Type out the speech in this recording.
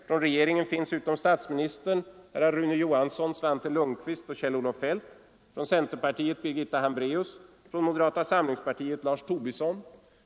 Från regeringen finns förutom statsministern herrar Rune Johansson, Svante Lundkvist och Kjell-Olof Feldt, från centerpartiet Birgitta Hambraeus, från moderata samlingspartiet Lars Tobisson.